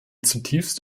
zutiefst